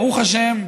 ברוך השם,